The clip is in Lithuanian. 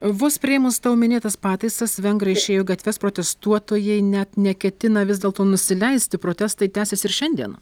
vos priėmus tau minėtas pataisas vengrai išėjo į gatves protestuotojai net neketina vis dėlto nusileisti protestai tęsis ir šiandien